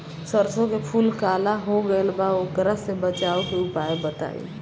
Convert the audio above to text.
सरसों के फूल काला हो गएल बा वोकरा से बचाव के उपाय बताई?